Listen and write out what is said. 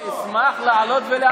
אני אשמח לעלות ולהסביר.